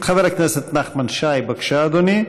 חבר הכנסת נחמן שי, בבקשה, אדוני.